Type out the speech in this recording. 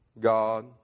God